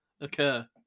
occur